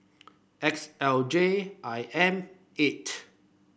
X L J I M eight